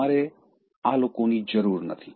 તમારે આ લોકોની જરૂર નથી